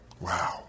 Wow